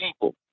people